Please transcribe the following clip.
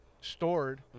stored